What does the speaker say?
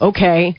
Okay